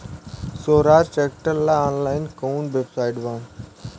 सोहराज tractor ला online कोउन website बा?